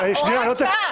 פקעה.